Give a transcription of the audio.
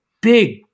big